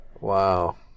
wow